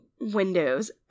windows